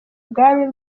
ubwami